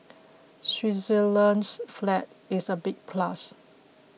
Switzerland's flag is a big plus